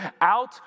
out